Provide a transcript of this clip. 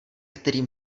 kterým